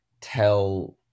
tell